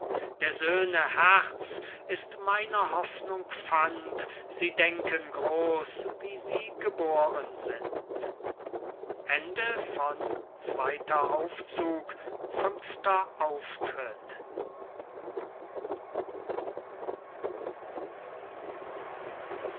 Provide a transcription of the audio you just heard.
der söhne herz ist meiner hoffnung pfand sie denken groß wie sie geboren sind